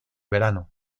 verano